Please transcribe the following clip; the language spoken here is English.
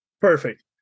Perfect